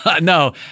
No